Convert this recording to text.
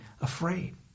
afraid